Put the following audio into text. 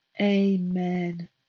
Amen